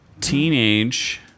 Teenage